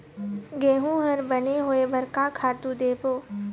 गेहूं हर बने होय बर का खातू देबो?